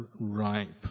ripe